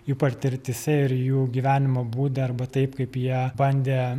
jų patirtyse ir jų gyvenimo būde arba taip kaip jie bandė